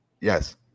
Yes